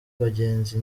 bagenzi